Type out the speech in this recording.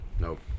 Nope